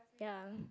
ya